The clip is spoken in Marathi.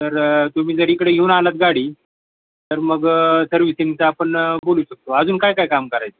तर तुम्ही जर इकडे घेऊन आलात गाडी तर मग सर्विसिंगचा आपण बोलू शकतो अजून काय काय काम करायचं आहे